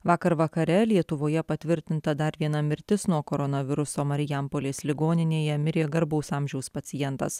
vakar vakare lietuvoje patvirtinta dar viena mirtis nuo koronaviruso marijampolės ligoninėje mirė garbaus amžiaus pacientas